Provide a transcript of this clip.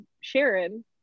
Sharon